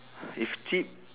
if cheap